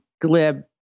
glib